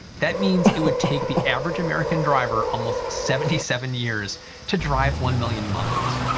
that means it would take the average american driver almost seventy seven years to drive one million miles.